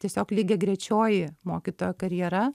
tiesiog lygiagrečioji mokytojo karjera